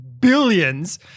billions